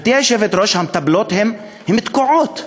גברתי היושבת-ראש, המטפלות תקועות.